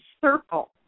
circle